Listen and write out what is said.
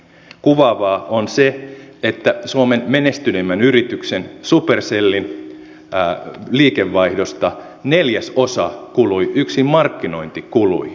kuvaavaa on se että suomen menestyneimmän yrityksen supercellin liikevaihdosta neljäsosa kului yksin markkinointikuluihin